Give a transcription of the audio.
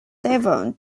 devon